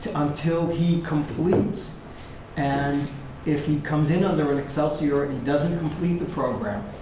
until he completes and if he comes in under excelsior and he doesn't complete the program?